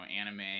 anime